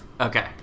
Okay